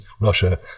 Russia